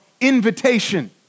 invitation